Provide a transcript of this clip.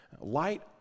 Light